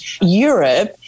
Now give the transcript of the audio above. Europe